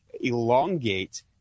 elongate